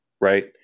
right